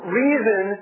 reason